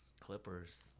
Clippers